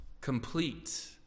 complete